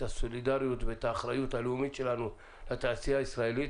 הסולידריות ואת האחריות הלאומית שלנו לתעשייה הישראלית.